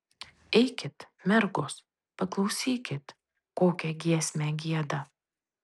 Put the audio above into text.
eikit mergos paklausykit kokią giesmę gieda